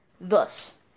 Thus